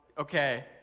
Okay